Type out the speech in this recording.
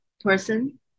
person